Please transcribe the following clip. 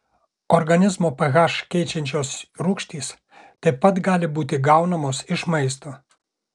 organizmo ph keičiančios rūgštys taip pat gali būti gaunamos iš maisto